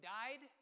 died